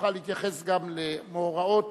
יוכל להתייחס גם למאורעות